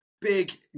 big